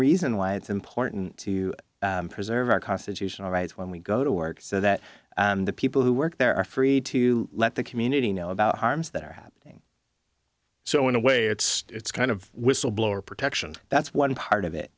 reason why it's important to preserve our constitutional rights when we go to work so that the people who work there are free to let the community know about harms that are happening so in a way it's it's kind of whistleblower protection that's one part of it